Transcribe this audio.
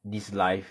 this life